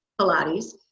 Pilates